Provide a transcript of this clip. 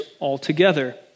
altogether